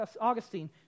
Augustine